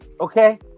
Okay